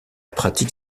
pratique